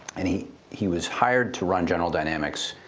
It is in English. and he he was hired to run general dynamics